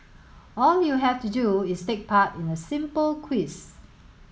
all you have to do is take part in a simple quiz